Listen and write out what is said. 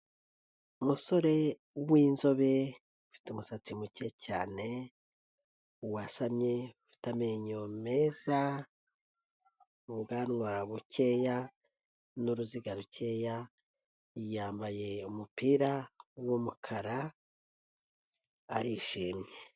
Umusore w'inzobe ufite umusatsi muke cyane, wasamye ufite amenyo meza, ubwanwa bukeya n'uruziga rukeya, yambaye umupira w'umukara arishimye.